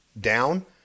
down